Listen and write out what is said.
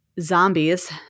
zombies